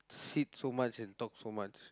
sit so much and talk so much